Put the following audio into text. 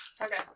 Okay